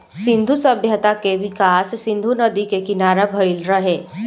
सिंधु सभ्यता के विकास सिंधु नदी के किनारा भईल रहे